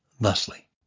thusly